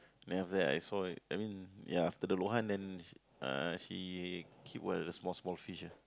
then after that I saw it I mean ya after the luohan then uh he keep what the small small fish ah